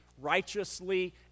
righteously